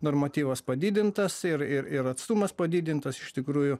normatyvas padidintas ir ir ir atstumas padidintas iš tikrųjų